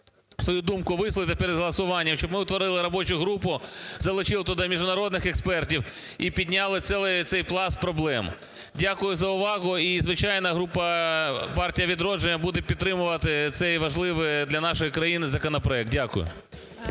свою думку висловити перед голосуванням, щоб ми утворили робочу групу, залучили туди міжнародних експертів і підняли цей пласт проблем. Дякую за увагу. І, звичайно, група партія "Відродження" буде підтримувати цей важливий для нашої країни законопроект. Дякую.